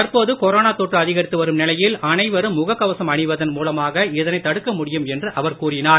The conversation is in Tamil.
தற்போது கொரோனா தொற்று அதிகரித்து வரும் நிலையில் அனைவரும் முகக் கவசம் அணிவதன் மூலமாக இதனை தடுக்க முடியும் என்று அவர் கூறினார்